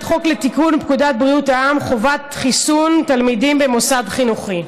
הצעת חוק לתיקון פקודת בריאות העם (חובת חיסון תלמידים במוסד חינוכי).